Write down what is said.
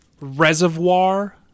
reservoir